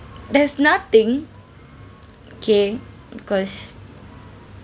there's nothing K because